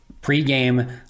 Pre-game